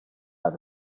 have